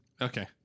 Okay